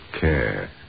care